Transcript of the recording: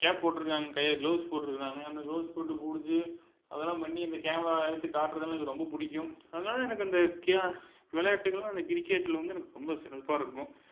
gap போட் இருக்காங்க கையில் கிளவுஸ் போட்ருக்குறாகாங்க அந்த கிளவுஸ் போட்டு பிடிச்சி அது எல்லாம் பண்ணி அந்த கேமராவில் எடுத்து காட்றது எல்லாம் எனக்கு ரொம்ப பிடிக்கும் அதனால எனக்கு அந்த கே விளாட்டுகளும் அந்த கிரிக்கெட்டில் வந்து எனக்கு ரொம்ப சிறப்பாக இருக்கும்